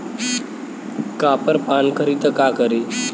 Copper पान करी त का करी?